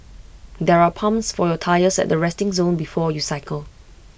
there are pumps for your tyres at the resting zone before you cycle